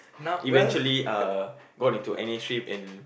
eventually uh got into N_A stream and